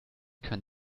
kann